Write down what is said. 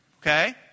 Okay